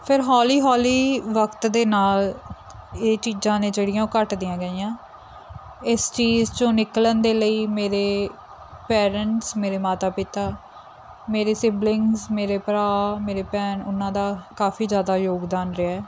ਫਿਰ ਹੌਲੀ ਹੌਲੀ ਵਕਤ ਦੇ ਨਾਲ ਇਹ ਚੀਜ਼ਾਂ ਨੇ ਜਿਹੜੀਆਂ ਉਹ ਘੱਟਦੀਆਂ ਗਈਆਂ ਇਸ ਚੀਜ਼ 'ਚੋਂ ਨਿਕਲਣ ਦੇ ਲਈ ਮੇਰੇ ਪੇਰੈਂਟਸ ਮੇਰੇ ਮਾਤਾ ਪਿਤਾ ਮੇਰੇ ਸਿਬਲਿੰਗ ਮੇਰੇ ਭਰਾ ਮੇਰੇ ਭੈਣ ਉਹਨਾਂ ਦਾ ਕਾਫੀ ਜ਼ਿਆਦਾ ਯੋਗਦਾਨ ਰਿਹਾ